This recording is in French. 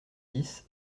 dix